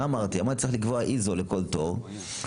אמרתי צריך לקבוע איזו לכל תור,